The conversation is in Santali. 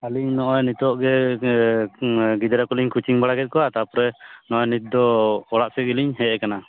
ᱟᱹᱞᱤ ᱱᱚᱜᱼᱚᱭ ᱱᱤᱛᱚᱜ ᱜᱮ ᱜᱤᱫᱽᱨᱟᱹ ᱠᱚᱞᱤᱧ ᱠᱳᱪᱚᱝ ᱵᱟᱲᱟ ᱠᱮᱫ ᱠᱚᱣᱟ ᱛᱟᱯᱚᱨᱮ ᱱᱚᱜᱼᱚᱭ ᱱᱤᱛᱼᱫᱚ ᱚᱲᱟᱜ ᱥᱮᱡ ᱜᱮᱞᱤᱧ ᱦᱮᱡ ᱟᱠᱟᱱᱟ